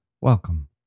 Welcome